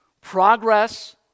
progress